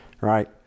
right